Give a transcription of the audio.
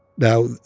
now,